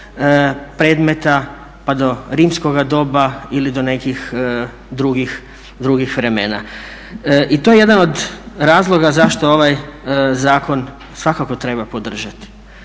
predmeta pa do rimskoga doba ili do nekih drugih vremena. I to je jedan od razloga zašto ovaj zakon svakako treba podržati.